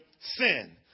sin